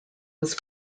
was